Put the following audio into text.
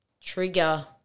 trigger